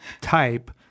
type